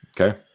okay